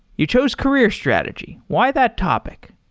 you chose career strategy. why that topic?